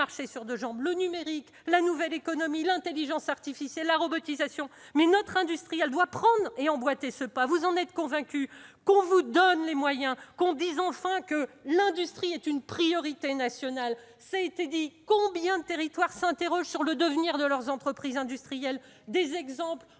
sur deux jambes. Le numérique, la nouvelle économie, l'intelligence artificielle, la robotisation, oui ! Mais notre industrie doit leur emboîter le pas. Vous en êtes convaincue, donc que l'on vous en donne les moyens, que l'on dise enfin que l'industrie est une priorité nationale. Combien de territoires s'interrogent sur le devenir de leurs entreprises industrielles ? On a parlé